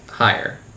higher